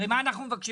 הרי מה אנחנו מבקשים?